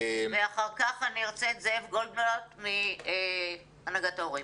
ואחר כך אני ארצה את זאב גולדבלט מהנהגת ההורים.